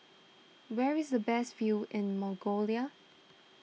where is the best view in Mongolia